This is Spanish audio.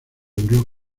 murió